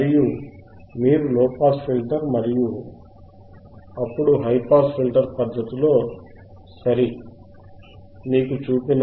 మరియు మీరు low pass filter మరియు అప్పుడు హైపాస్ ఫిల్టర్ పద్ధతిలో సరి మీకు చూసిన